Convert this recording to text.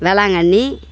Velankanni